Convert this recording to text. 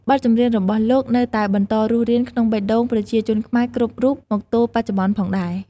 បទចម្រៀងរបស់លោកនៅតែបន្តរស់រានក្នុងបេះដូងប្រជាជនខ្មែរគ្រប់រូបមកទល់បច្ចុប្បន៍ផងដែរ ។